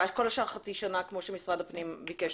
כל השאר חצי שנה, כמו שמשרד הפנים ביקש.